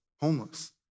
homeless